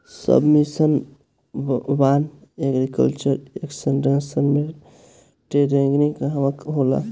सब mission on agriculture extension मै training कहवा कहा होला?